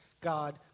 God